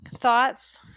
thoughts